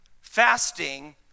Fasting